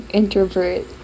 introvert